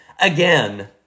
again